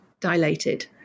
dilated